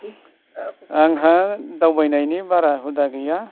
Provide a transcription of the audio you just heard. आंहा दावबायनायनि बारा हुदा गैया